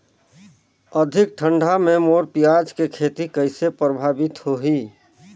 अधिक ठंडा मे मोर पियाज के खेती कइसे प्रभावित होही?